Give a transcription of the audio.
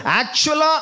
actual